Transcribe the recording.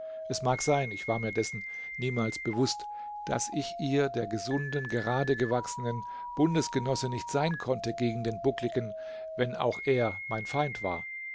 es mag sein ich war mir dessen niemals bewußt daß ich ihr der gesunden geradegewachsenen bundesgenosse nicht sein konnte gegen den buckligen wenn auch er mein feind war